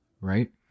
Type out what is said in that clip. right